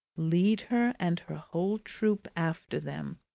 lead her and her whole troop after them